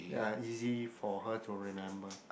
ya easy for her to remember